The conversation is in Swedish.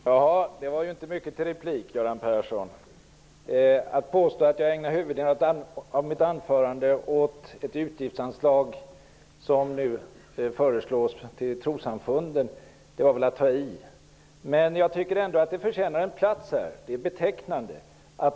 Herr talman! Det var inte mycket till replik, Göran Persson. Att påstå att jag ägnade huvuddelen av mitt anförande åt ett utgiftsanslag som föreslås gå till trossamfunden var väl att ta i. Men jag tycker att det förtjänar en plats här. Det är betecknande.